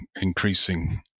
increasing